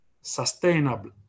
sustainable